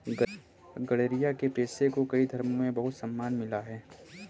गरेड़िया के पेशे को कई धर्मों में बहुत सम्मान मिला है